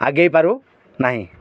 ଆଗେଇ ପାରୁ ନାହିଁ